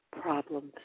problems